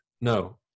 No